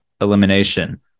elimination